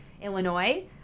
Illinois